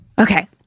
Okay